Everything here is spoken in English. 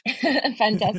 Fantastic